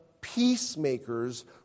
peacemakers